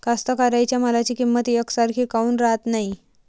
कास्तकाराइच्या मालाची किंमत यकसारखी काऊन राहत नाई?